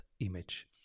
image